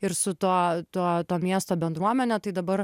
ir su tuo tuo to miesto bendruomene tai dabar